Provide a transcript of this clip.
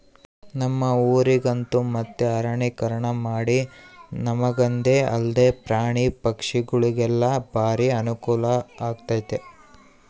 ನಮ್ಮ ಊರಗಂತೂ ಮತ್ತೆ ಅರಣ್ಯೀಕರಣಮಾಡಿ ನಮಗಂದೆ ಅಲ್ದೆ ಪ್ರಾಣಿ ಪಕ್ಷಿಗುಳಿಗೆಲ್ಲ ಬಾರಿ ಅನುಕೂಲಾಗೆತೆ